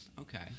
Okay